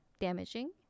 damaging